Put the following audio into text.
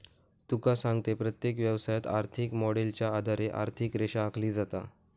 तुका सांगतंय, प्रत्येक व्यवसायात, आर्थिक मॉडेलच्या आधारे आर्थिक रेषा आखली जाता